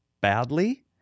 badly